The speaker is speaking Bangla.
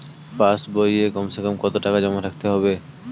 পাশ বইয়ে কমসেকম কত টাকা জমা রাখতে হবে?